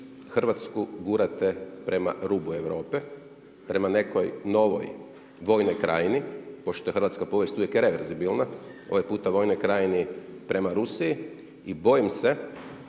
Hrvatsku gurate prema rubu Europe, prema nekoj novoj Vojnoj krajini pošto je hrvatska povijest uvijek reverzibilna. Ovaj puta Vojnog krajini prema Rusiji. I bojim se